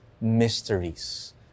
mysteries